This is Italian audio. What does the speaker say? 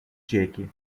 ciechi